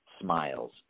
smiles